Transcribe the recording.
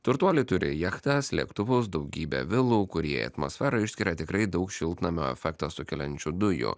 turtuoliai turi jachtas lėktuvus daugybę vilų kurie atmosferą išskiria tikrai daug šiltnamio efektą sukeliančių dujų